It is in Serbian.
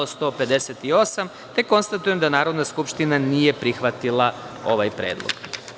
Konstatujem da Narodna skupština nije prihvatila ovaj predlog.